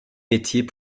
métiers